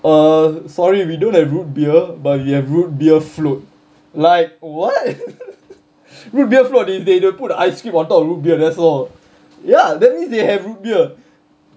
err sorry we don't have root beer but we have root beer float like what root beer float is they they put the ice cream on top of root beer that's all ya that means they root beer